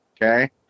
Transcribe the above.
Okay